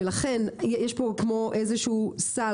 ולכן יש פה כמו איזה סל.